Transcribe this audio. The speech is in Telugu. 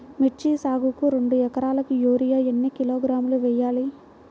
మిర్చి సాగుకు రెండు ఏకరాలకు యూరియా ఏన్ని కిలోగ్రాములు వేయాలి?